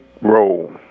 roll